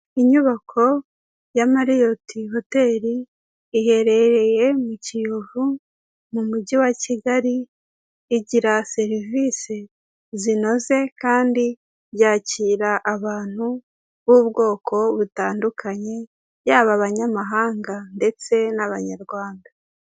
Inyubako ya mariyoti hotel iherereye mu Kiyovu mu mujyi wa Kigali igira serivisi zinoze kandi yakira abantu b'ubwoko butandukanye, yaba abanyamahanga, ndetse n'abanyarwanda.